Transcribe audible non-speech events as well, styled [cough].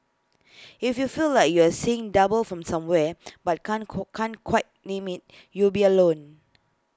if you feel like you're seeing double from somewhere but can't [unintelligible] can't quite name IT you'll be alone